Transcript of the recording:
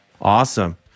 Awesome